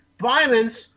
violence